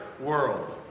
world